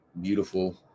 beautiful